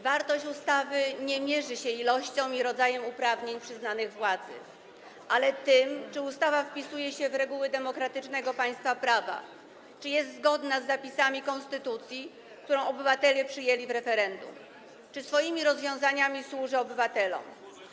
Wartości ustawy nie mierzy się ilością i rodzajem uprawnień przyznanych władzy, ale tym, czy ustawa wpisuje się w reguły demokratycznego państwa prawa, czy jest zgodna z zapisami konstytucji, którą obywatele przyjęli w referendum, czy swoimi rozwiązaniami służy obywatelom.